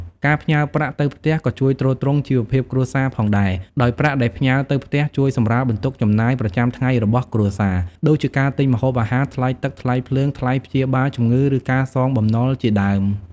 ការផ្ញើប្រាក់ទៅផ្ទះក៏ជួយទ្រទ្រង់ជីវភាពគ្រួសារផងដែរ ដោយប្រាក់ដែលផ្ញើទៅផ្ទះជួយសម្រាលបន្ទុកចំណាយប្រចាំថ្ងៃរបស់គ្រួសារ ដូចជាការទិញម្ហូបអាហារ ថ្លៃទឹក ថ្លៃភ្លើង ថ្លៃព្យាបាលជំងឺ ឬការសងបំណុលជាដើម។